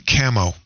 camo